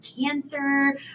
cancer